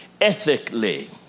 ethically